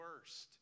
worst